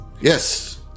Yes